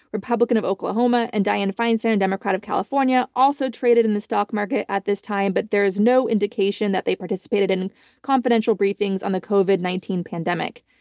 republican of oklahoma, and diane feinstein, democrat of california, also traded in the stock market at this time. but there is no indication that they participated in confidential briefings on the covid nineteen pandemic.